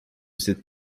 cette